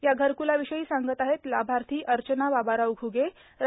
या घरक्लविषयी सांगत आहेत लाभार्थी अर्चना बाबाराव घ्गे रा